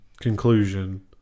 conclusion